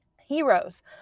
heroes